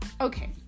okay